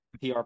PR